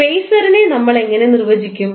ഫേസറിനെ നമ്മൾ എങ്ങനെ നിർവചിക്കും